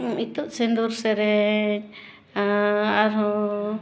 ᱤᱛᱩᱫᱽ ᱥᱤᱫᱩᱨ ᱥᱮᱨᱮᱧ ᱟᱨᱦᱚᱸ